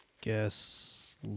guess